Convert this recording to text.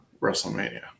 WrestleMania